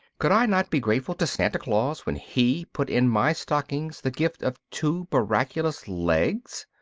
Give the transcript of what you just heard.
could i not be grateful to santa claus when he put in my stockings the gift of two miraculous legs?